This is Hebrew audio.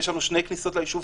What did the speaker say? יש לנו שתי כניסות ליישוב,